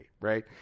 right